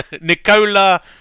Nicola